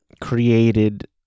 created